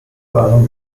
waren